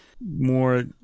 more